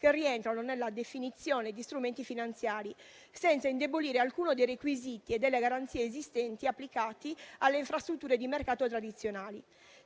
che rientrano nella definizione di strumenti finanziari, senza indebolire alcuno dei requisiti o delle garanzie esistenti applicati alle infrastrutture di mercato tradizionali.